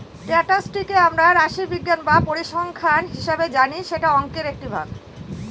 স্ট্যাটিসটিককে আমরা রাশিবিজ্ঞান বা পরিসংখ্যান হিসাবে জানি যেটা অংকের একটি ভাগ